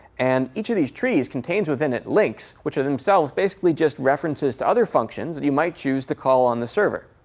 and each of these trees contains within it links, which are themselves basically just references to other functions that you might choose to call on the server.